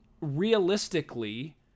Realistically